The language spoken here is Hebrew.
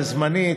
בזמני,